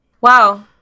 wow